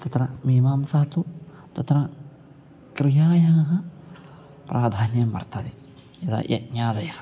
तत्र मीमांसा तु तत्र क्रियायाः प्राधान्यं वर्तते यदा यज्ञादयः